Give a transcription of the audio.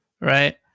Right